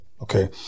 Okay